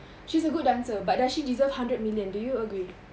she's a good dancer but does she deserve hundred million do you agree